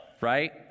right